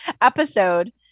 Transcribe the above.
episode